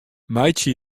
meitsje